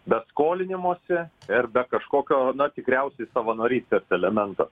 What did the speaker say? be skolinimosi ir be kažkokio na tikriausiai savanorystės elemento